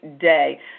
day